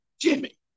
Jimmy